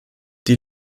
die